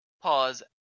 pause